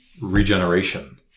regeneration